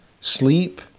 sleep